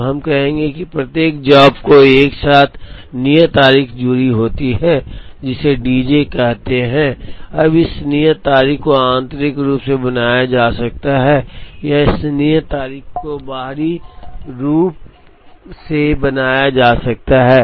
तो हम कहेंगे कि प्रत्येक जॉब के साथ एक नियत तारीख जुड़ी होती है जिसे डी जे कहा जाता है अब इस नियत तारीख को आंतरिक रूप से बनाया जा सकता है या इस नियत तारीख को बाहरी रूप से बनाया जा सकता है